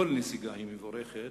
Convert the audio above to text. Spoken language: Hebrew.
כל נסיגה היא מבורכת: